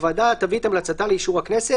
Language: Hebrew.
הוועדה תביא את המלצתה לאישור הכנסת,